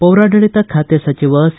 ಪೌರಾಡಳಿತ ಖಾತೆ ಸಚಿವ ಸಿ